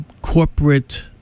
corporate